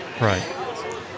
Right